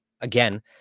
again